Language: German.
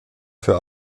für